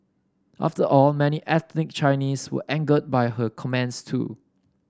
after all many ethnic Chinese were angered by her comments too